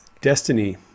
destiny